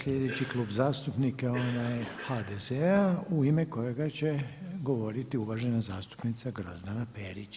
Sljedeći klub zastupnika je onaj HDZ-a u ime kojega će govoriti uvažena zastupnica Grozdana Perić.